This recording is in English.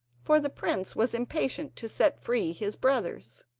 for the prince was impatient to set free his brothers.